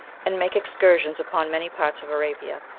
and make excursions upon many parts of arabia,